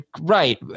right